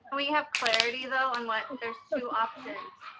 we have clarity though on what, there's two options.